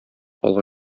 алга